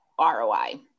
ROI